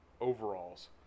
overalls